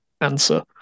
answer